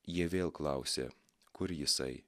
jie vėl klausė kur jisai